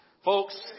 Folks